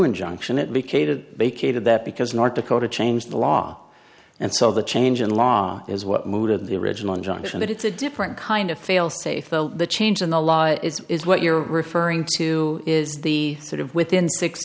injunction it be catered vacated that because north dakota changed the law and so the change in law is what mood at the original injunction that it's a different kind of failsafe the change in the law is what you're referring to is the sort of within six